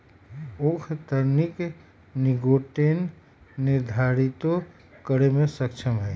उख तनिक निटोगेन निर्धारितो करे में सक्षम हई